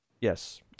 Yes